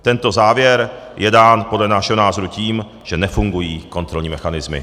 Tento závěr je dán podle našeho názoru tím, že nefungují kontrolní mechanismy.